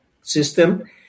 system